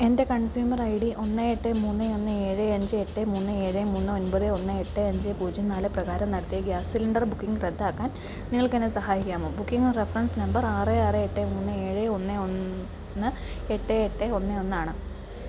എൻ്റെ consumer I D ഒന്ന് എട്ട് മൂന്ന് ഒന്ന് ഏഴ് അഞ്ച് എട്ട് മൂന്ന് ഏഴ് മൂന്ന് ഒൻപത് ഒന്ന് എട്ട് അഞ്ച് പൂജ്യം നാല് പ്രകാരം നടത്തിയ ഗ്യാസ് സിലിണ്ടർ ബുക്കിംഗ് റദ്ദാക്കാൻ നിങ്ങൾക്കെന്നെ സഹായിക്കാമോ ബുക്കിംഗ് റഫറൻസ് നമ്പർ ആറ് ആറ് എട്ട് മൂന്ന് ഏഴ് ഒന്ന് ഒന്ന് എട്ട് എട്ട് ഒന്ന് ഒന്നാണ്